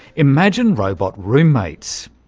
imagine robot room-mates.